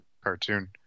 cartoon